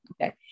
okay